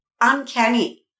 uncanny